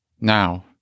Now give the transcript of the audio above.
Now